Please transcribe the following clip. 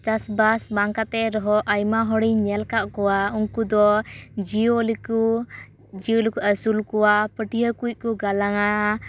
ᱪᱟᱥ ᱵᱟᱥ ᱵᱟᱝ ᱠᱟᱛᱮ ᱨᱮᱦᱚᱸ ᱟᱭᱢᱟ ᱦᱚᱲᱤᱧ ᱧᱮᱞ ᱟᱠᱟᱫ ᱠᱚᱣᱟ ᱩᱱᱠᱩ ᱫᱚ ᱡᱤᱭᱟᱹᱞᱤ ᱠᱚ ᱡᱤᱭᱟᱹᱞᱤ ᱠᱚ ᱟᱹᱥᱩᱞ ᱠᱚᱣᱟ ᱯᱟᱹᱴᱭᱟᱹ ᱠᱚ ᱠᱚ ᱜᱟᱞᱟᱝᱟ